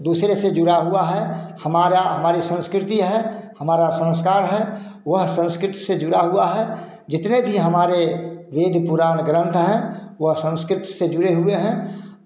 दूसरे से जुड़ा हुआ है हमारा हमारी संस्कृति है हमारा संस्कार है वह संस्कृत से जुड़ा हुआ है जितने भी हमारे वेद पुराण ग्रंथ हैं वह संस्कृत से जुड़े हुए हैं